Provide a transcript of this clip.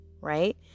right